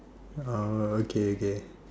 oh okay okay